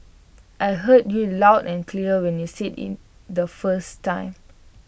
I heard you loud and clear when you said IT the first time